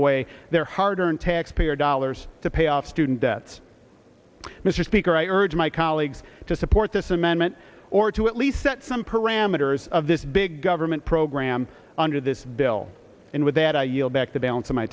away their hard earned taxpayer dollars to pay off student debt mr speaker i urge my colleagues to support this amendment or to at least set some parameters of this big government program under this bill and with that i yield back the balance of my